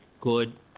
Good